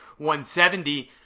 170